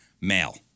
Male